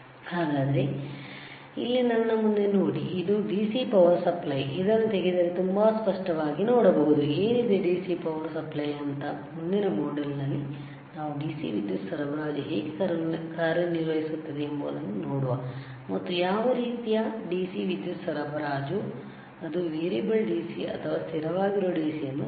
ಹಾಗಾದ್ರೆ ಇಲ್ಲಿ ನನ್ನ ಮುಂದೆ ನೋಡಿ ಅದು DC ಪವರ್ ಸಪ್ಲೈ ಇದನ್ನು ತೆಗೆದರೆ ತುಂಬಾ ಸ್ಪಷ್ಟವಾಗಿ ನೋಡಬಹುದು ಏನಿದೆ ಡಿಸಿ ಪವರ್ ಸಪ್ಲೈ ಅಂತ ಮುಂದಿನ ಮಾಡ್ಯೂಲ್ನಲ್ಲಿ ನಾವು ಡಿಸಿ ವಿದ್ಯುತ್ ಸರಬರಾಜು ಹೇಗೆ ಕಾರ್ಯನಿರ್ವಹಿಸುತ್ತದೆ ಎಂಬುದನ್ನು ನೋಡುವ ಮತ್ತು ಯಾವ ರೀತಿಯ DC ವಿದ್ಯುತ್ ಸರಬರಾಜು ಅದು ವೇರಿಯಬಲ್ DC ಅಥವಾ ಅದು ಸ್ಥಿರವಾಗಿರುವ DC ಎಂದು ನೋಡುವ